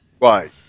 Right